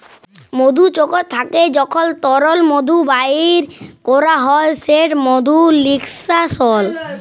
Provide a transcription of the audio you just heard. মধুচক্কর থ্যাইকে যখল তরল মধু বাইর ক্যরা হ্যয় সেট মধু লিস্কাশল